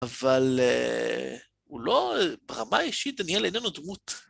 אבל הוא לא... ברמה האישית, דניאל, איננו דמות.